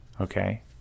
Okay